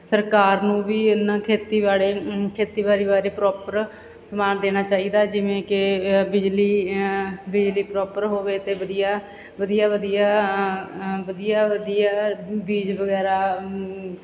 ਸਰਕਾਰ ਨੂੰ ਵੀ ਇੰਨ੍ਹਾਂ ਖੇਤੀਬਾੜੀ ਖੇਤੀਬਾੜੀ ਬਾਰੇ ਪ੍ਰੋਪਰ ਸਮਾਨ ਦੇਣਾ ਚਾਹੀਦਾ ਜਿਵੇਂ ਕਿ ਬਿਜਲੀ ਬਿਜਲੀ ਪ੍ਰੋਪਰ ਹੋਵੇ ਅਤੇ ਵਧੀਆ ਵਧੀਆ ਵਧੀਆ ਵਧੀਆ ਵਧੀਆ ਬੀਜ਼ ਵਗੈਰਾ